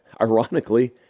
ironically